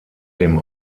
dem